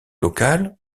locale